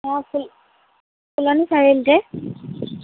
অঁ ফুল ফুলনি চাৰিআলিতে